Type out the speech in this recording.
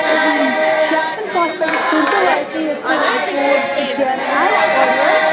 شک چھُنہٕ کٲنٛسہِ پٮ۪ٹھ یِتھ کَنۍ تہٕ ویسے ییٚتہِ چھِ ژوٗر پھیران آز اورٕ یورٕ